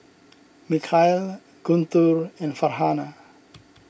Mikhail Guntur and Farhanah